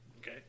okay